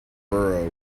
borough